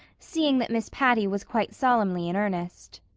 seeing that miss patty was quite solemnly in earnest.